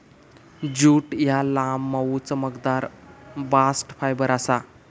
jute ह्या लांब, मऊ, चमकदार बास्ट फायबर आसा